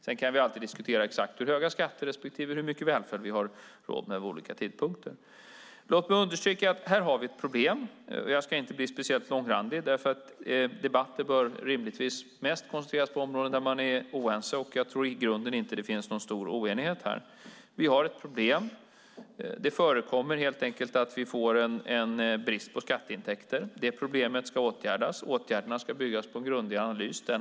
Sedan kan vi alltid diskutera exakt hur höga skatter respektive hur mycket välfärd som vi har råd med vid olika tidpunkter. Låt mig understryka att vi har ett problem här. Jag ska inte bli speciellt långrandig, för debatter bör rimligen mest föras på områden där man är oense, och jag tror i grunden inte att det finns någon stor oenighet här. Vi har ett problem. Det förekommer helt enkelt att vi får en brist på skatteintäkter. Det problemet ska åtgärdas, och åtgärderna ska bygga på grundlig analys.